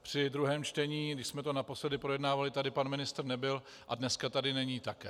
Při druhém čtení, když jsme to naposledy projednávali, tady pan ministr nebyl a dneska tady není také.